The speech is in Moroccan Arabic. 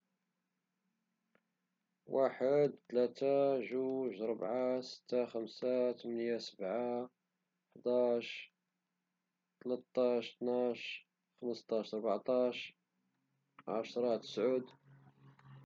واحد ,ثلاثة ,جوج, أربعة, ستة .خمسة ,تمانية سبعة .حداش ,تلتاش, تناش, خمستاش ,اربعتاش عشرة ,تسعة